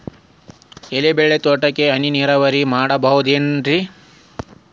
ಎಲೆಬಳ್ಳಿ ತೋಟಕ್ಕೆ ಹನಿ ನೇರಾವರಿ ಮಾಡಬಹುದೇನ್ ರಿ?